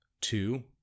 two